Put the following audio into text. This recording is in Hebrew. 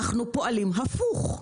אנחנו פועלים הפוך.